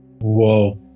Whoa